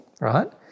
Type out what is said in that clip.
right